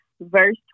Verse